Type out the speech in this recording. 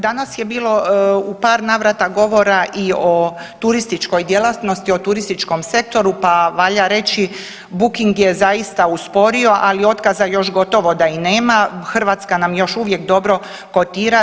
Danas je bilo u par navrata govora i o turističkoj djelatnosti, o turističkom sektoru pa valja reći booking je zaista usporio, ali otkaza još gotovo da i nema, Hrvatska nam još uvijek dobro kotira.